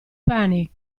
panic